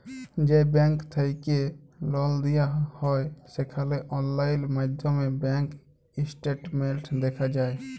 যে ব্যাংক থ্যাইকে লল লিয়া হ্যয় সেখালে অললাইল মাইধ্যমে ব্যাংক ইস্টেটমেল্ট দ্যাখা যায়